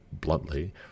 bluntly